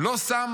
לא שם